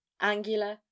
angular